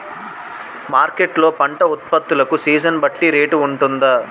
Market లొ పంట ఉత్పత్తి లకు సీజన్ బట్టి రేట్ వుంటుందా?